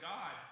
God